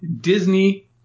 Disney